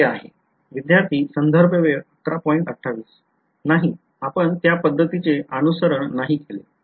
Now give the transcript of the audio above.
विध्यार्थी नाही आपण त्या पद्धतीचे अनुसरण नाही केले